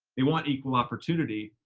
they want equal opportunity.